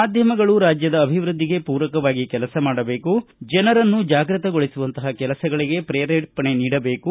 ಮಾಧ್ಯಮಗಳು ರಾಜ್ಯದ ಅಭಿವೃದ್ದಿಗೆ ಪೂರಕವಾಗಿ ಕೆಲಸ ಮಾಡಬೇಕು ಜನರನ್ನು ಜಾಗೃತಿಗೊಳಿಸುವಂತಹ ಕೆಲಸಗಳಿಗೆ ಪ್ರೇರೇಪಣೆ ನೀಡಬೇಕು